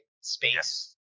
space